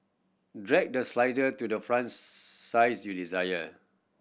drag the slider to the font size you desire